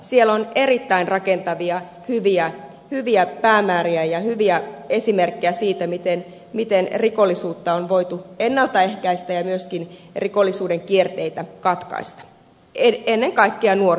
siellä on erittäin rakentavia hyviä päämääriä ja hyviä esimerkkejä siitä miten on voitu ennalta ehkäistä rikollisuutta ja myöskin katkaista rikollisuuden kierteitä ennen kaikkea nuorten osalta